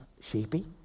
sheepy